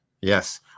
Yes